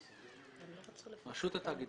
אבל מה זה על פי דין?